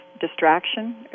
distraction